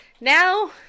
now